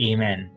Amen